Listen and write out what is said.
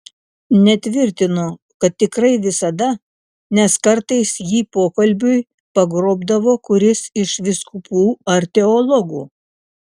netvirtinu kad tikrai visada nes kartais jį pokalbiui pagrobdavo kuris iš vyskupų ar teologų